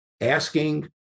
asking